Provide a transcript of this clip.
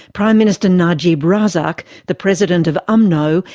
prime minister najib razak, the president of umno,